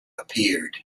appeared